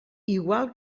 igual